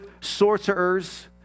sorcerers